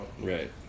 Right